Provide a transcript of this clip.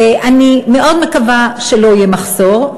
אני מאוד מקווה שלא יהיה מחסור,